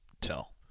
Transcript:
tell